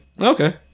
Okay